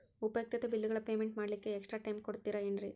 ಉಪಯುಕ್ತತೆ ಬಿಲ್ಲುಗಳ ಪೇಮೆಂಟ್ ಮಾಡ್ಲಿಕ್ಕೆ ಎಕ್ಸ್ಟ್ರಾ ಟೈಮ್ ಕೊಡ್ತೇರಾ ಏನ್ರಿ?